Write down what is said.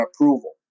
approval